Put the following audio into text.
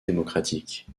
démocratique